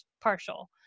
partial